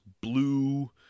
blue